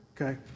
Okay